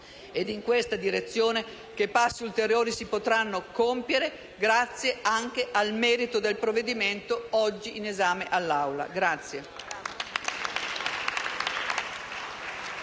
Ed è in questa direzione che passi ulteriori si potranno compiere grazie anche al merito del provvedimento oggi all'esame dell'Assemblea.